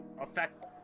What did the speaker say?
affect